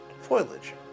foliage